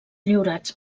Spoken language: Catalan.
lliurats